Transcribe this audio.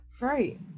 Right